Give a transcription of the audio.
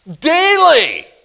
Daily